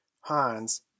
hans